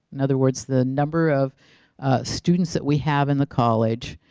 in other words the number of students that we have in the college.